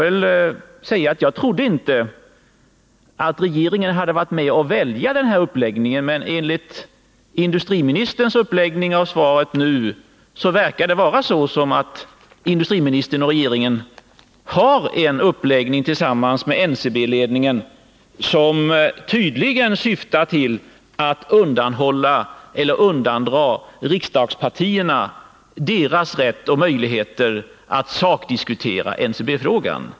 Jag trodde inte att regeringen hade varit med om att välja det här tillvägagångsätet, men av industriministerns svar verkar det som om industriministern och regeringen, tillsammans med NCB-ledningen, har gjort en uppläggning som tydligen syftar till att undandra partierna deras rätt och möjligheter att sakdiskutera NCB-frågan.